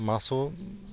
মাছো